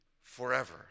forever